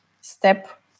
step